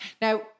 Now